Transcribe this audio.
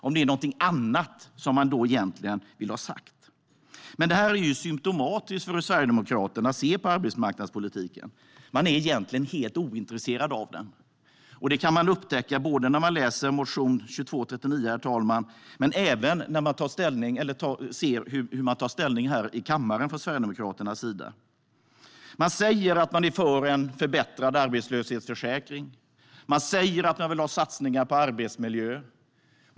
Är det någonting annat som han eller hon egentligen vill ha sagt? Detta är symtomatiskt för hur Sverigedemokraterna ser på arbetsmarknadspolitiken. De är egentligen helt ointresserade av den. Det kan man upptäcka när man läser motion 2239, men även när man ser hur Sverigedemokraterna tar ställning här i kammaren. Man säger att man är för en förbättrad arbetslöshetsförsäkring. Man säger att man vill ha satsningar på arbetsmiljö.